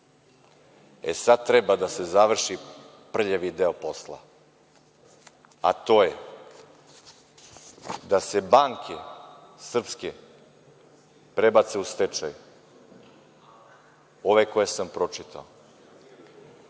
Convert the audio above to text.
treba da se završi prljavi deo posla a to je da se banke srpske prebace u stečaj, ove koje sam pročitao.